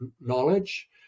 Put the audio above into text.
knowledge